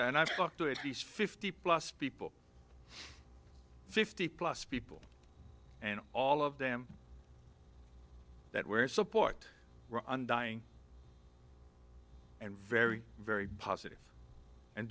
and i've talked to at least fifty plus people fifty plus people and all of them that where support undying and very very positive and